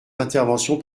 interventions